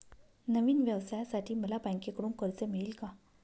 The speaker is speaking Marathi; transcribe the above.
नवीन व्यवसायासाठी मला बँकेकडून कर्ज मिळेल का?